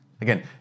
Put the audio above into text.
Again